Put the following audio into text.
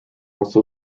also